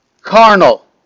Carnal